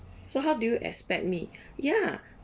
so how do you expect me ya